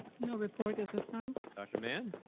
no report at this time. dr. mann?